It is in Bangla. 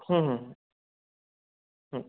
হুম হুম হুম হুম